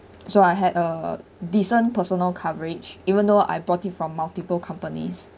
so I had a decent personal coverage even though I brought it from multiple companies